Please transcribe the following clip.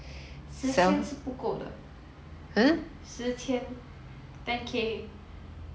十千是不够的十千 ten K